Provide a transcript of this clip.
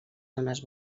zones